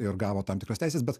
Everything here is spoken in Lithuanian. ir gavo tam tikras teises bet